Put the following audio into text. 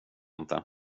inte